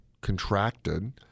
contracted